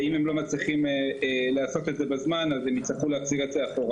ואם הם לא מצליחים לעשות את זה בזמן אז הם יצטרכו להחזיר את זה אחורה.